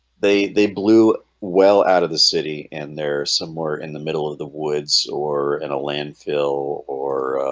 they they blew well out of the city, and they're somewhere in the middle of the woods or in a landfill or